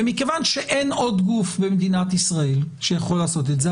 מכיוון שאין עוד גוף במדינת ישראל שיכול לעשות את זה,